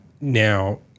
Now